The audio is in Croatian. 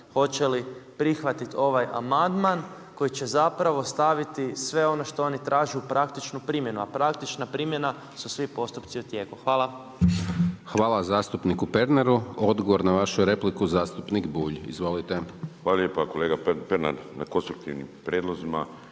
hoće li prihvatiti ovaj amandman koji će zapravo staviti sve ono što oni traže u praktičnu primjenu, a praktična primjena su svi postupci u tijeku. Hvala. **Hajdaš Dončić, Siniša (SDP)** Hvala zastupniku Pernaru. Odgovor na vašu repliku zastupnik Bulj. Izvolite. **Bulj, Miro (MOST)** Hvala lijepo kolega Pernar na konstruktivnim prijedlozima